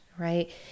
right